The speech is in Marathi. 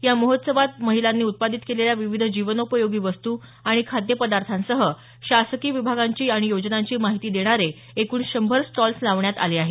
या महोत्सवात महिलांनी उत्पादीत केलेल्या विविध जीवनोपयोगी वस्त् आणि खाद्यपदार्थांसह शासकीय विभागांची आणि योजनांची माहिती देणारे एकूण शंभर स्टॉल्स लावण्यात आले आहेत